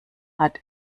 hat